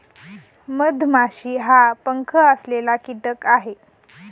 मधमाशी हा पंख असलेला कीटक आहे